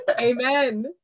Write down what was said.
Amen